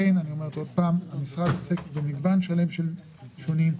המשרד עוסק במגוון שלם של תחומים,